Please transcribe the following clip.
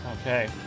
Okay